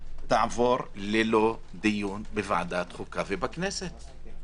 תעבור ללא דיון בוועדת חוקה ובכנסת.